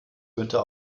günther